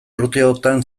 urteotan